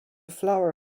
flower